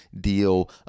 deal